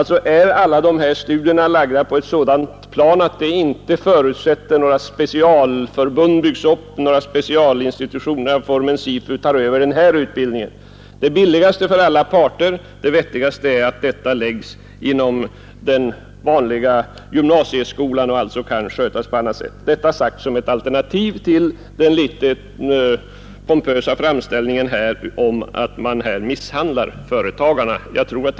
Ingen av de studieformer jag nämnt förutsätter att specialinstitutioner av formen SIFU tar över utbildningen. Det vettigaste och för alla parter billigaste är att utbildningen sker inom den vanliga gymnasieskolan. Jag nämner detta som en motvikt till den litet pompösa framställningen att företagarna blir misshandlade.